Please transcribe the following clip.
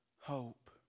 Hope